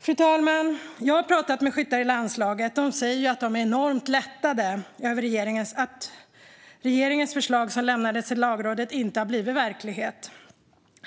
Fru talman! Jag har pratat med skyttar i landslaget. De säger att de är enormt lättade över att regeringens förslag som lämnades till Lagrådet inte har blivit verklighet.